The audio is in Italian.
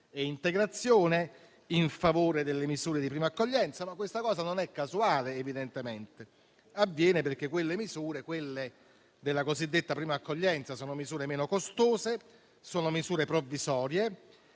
e integrazione in favore delle misure di prima accoglienza. Questo però non è casuale: evidentemente, avviene perché le misure della cosiddetta prima accoglienza sono meno costose e provvisorie.